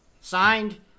Signed